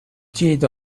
did